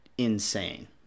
Insane